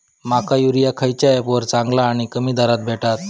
माका युरिया खयच्या ऍपवर चांगला आणि कमी दरात भेटात?